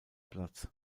platz